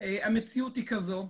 ה מציאות היא כזו,